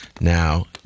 now